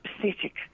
pathetic